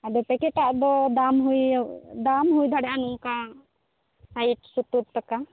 ᱟᱫᱚ ᱯᱮᱠᱮᱴᱟᱜ ᱫᱚ ᱫᱟᱢ ᱦᱩᱭᱩᱜ ᱫᱟᱢ ᱦᱩᱭ ᱫᱟᱲᱮᱭᱟᱜᱼᱟ ᱱᱚᱝᱠᱟ ᱥᱟᱴ ᱥᱳᱛᱛᱳᱨ ᱴᱟᱠᱟ